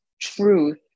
truth